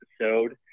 episode